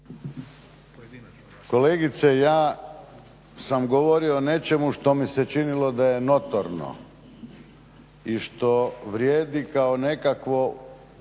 Kolegice, ja sam govorio o nečemu što mi se činilo da je notorno i što vrijedi kao nekakvo